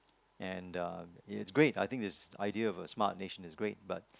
and uh it's great I think this idea of a smart nation is great but